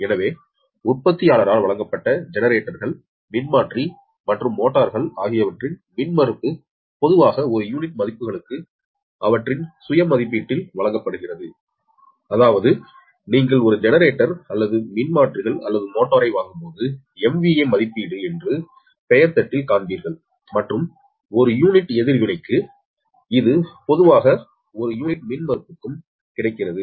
எனவே உற்பத்தியாளரால் வழங்கப்பட்ட ஜெனரேட்டர்கள் மின்மாற்றி மற்றும் மோட்டார்கள் ஆகியவற்றின் மின்மறுப்பு பொதுவாக ஒரு யூனிட் மதிப்புகளுக்கு அவற்றின் சுய மதிப்பீட்டில் வழங்கப்படுகிறது அதாவது நீங்கள் ஒரு ஜெனரேட்டர் அல்லது மின்மாற்றிகள் அல்லது மோட்டாரை வாங்கும்போது MVA மதிப்பீடு என்று பெயர் தட்டில் காண்பீர்கள் மற்றும் ஒரு யூனிட் எதிர்வினைக்கு இது பொதுவாக ஒரு யூனிட் மின்மறுப்புக்கும் கிடைக்கிறது